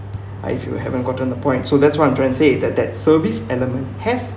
but if you haven't gotten the point so that's what I'm trying to say that that service element has